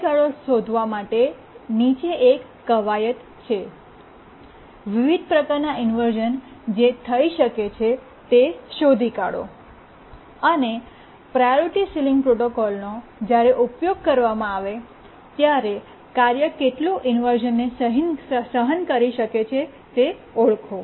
સમયગાળો શોધવા માટે નીચે એક કવાયત છેવિવિધ પ્રકારનાં ઇન્વર્શ઼ન જે થઈ શકે છે તે શોધી કાઢો અને પ્રાયોરિટી સીલીંગ પ્રોટોકોલનો જ્યારે ઉપયોગ કરવામાં આવે ત્યારે કાર્ય કેટલું ઇન્વર્શ઼નને સહન કરી શકે છે તે ઓળખો